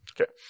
Okay